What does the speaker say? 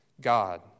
God